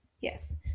Yes